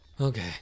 Okay